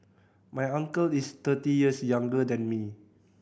my uncle is thirty years younger than me